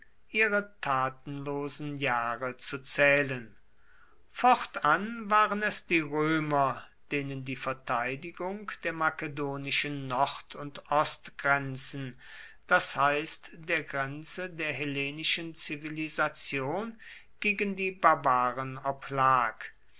ihre tatenlosen jahre zu zählen fortan waren es die römer denen die verteidigung der makedonischen nord und ostgrenzen das heißt der grenze der hellenischen zivilisation gegen die barbaren oblag